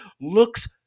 looks